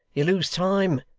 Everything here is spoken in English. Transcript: you lose time.